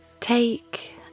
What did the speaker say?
Take